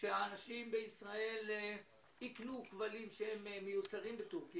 לאנשים בישראל לקנות כבלים שמיוצרים בטורקיה.